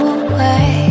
away